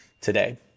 today